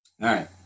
right